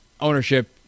ownership